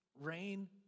rain